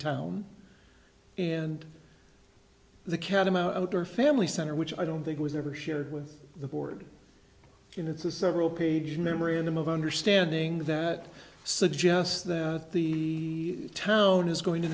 town and the kadam outdoor family center which i don't think was ever shared with the board and it's a several page memorandum of understanding that suggests that the town is going to